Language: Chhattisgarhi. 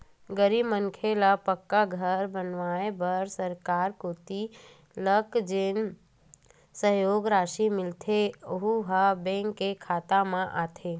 गरीब मनखे ल पक्का घर बनवाए बर सरकार कोती लक जेन सहयोग रासि मिलथे यहूँ ह बेंक के खाता म आथे